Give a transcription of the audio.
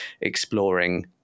exploring